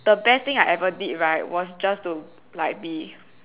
the bad thing I ever did right was just to like be